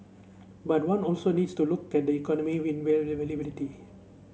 but one also needs to look at the economic